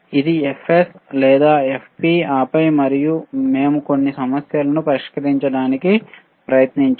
ఇది Fs లేదా Fp ఆపై మేము కొన్ని సమస్యలను పరిష్కరించడానికి ప్రయత్నించాము